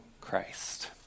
Christ